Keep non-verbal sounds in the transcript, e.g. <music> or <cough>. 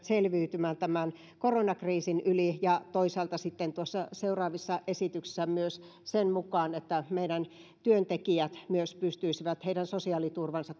<unintelligible> selviytymään koronakriisin yli ja toisaalta sitten noissa seuraavissa esityksissä päätetään myös siitä että meidän työntekijät myös pystyisivät selviytymään kun heidän sosiaaliturvansa <unintelligible>